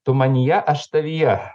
tu manyje aš tavyje